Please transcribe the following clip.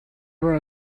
were